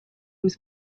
was